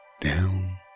Down